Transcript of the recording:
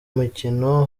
mukino